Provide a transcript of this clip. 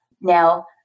Now